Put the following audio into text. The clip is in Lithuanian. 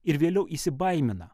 ir vėliau įsibaimina